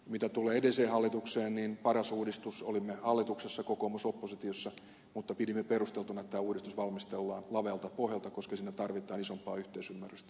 mitä tulee edelliseen hallitukseen olimme hallituksessa kokoomus oppositiossa mutta pidimme perusteltuna että tämä paras uudistus valmistellaan lavealta pohjalta koska siinä tarvitaan isompaa yhteisymmärrystä